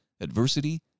adversity